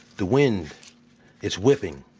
the wind is whipping.